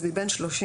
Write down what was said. אז מבין 31